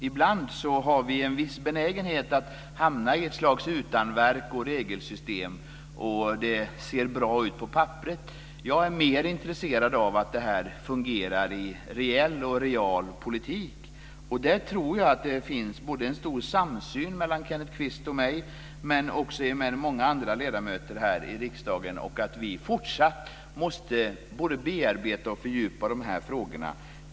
Ibland har vi en viss benägenhet att hamna i ett slags utanverk och regelsystem som ser bra ut på papperet. Jag är mer intresserad av att det här fungerar i reell politik. Där tror jag att det finns en stor samsyn mellan Kenneth Kvist och mig och också mellan många andra ledamöter här i riksdagen. Vi måste fortsätta att bearbeta och fördjupa de här frågorna.